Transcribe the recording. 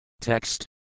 Text